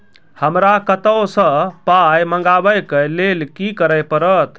हमरा कतौ सअ पाय मंगावै कऽ लेल की करे पड़त?